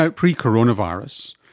ah pre-coronavirus,